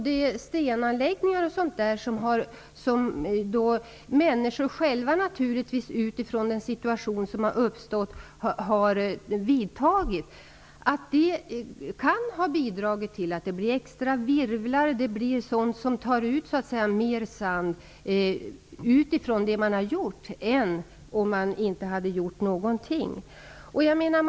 De stenanläggningar som människor byggt kan ha bidragit till att det bildats virvlar som gröper ur mer sand än om man inte hade vidtagit några åtgärder alls.